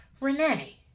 Renee